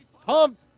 Pump